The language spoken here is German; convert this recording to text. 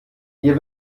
hier